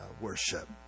worship